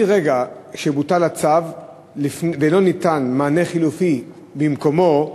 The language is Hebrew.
מרגע שבוטל הצו ולא ניתן מענה חלופי במקומו,